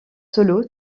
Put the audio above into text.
solo